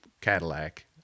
Cadillac